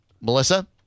Melissa